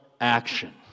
action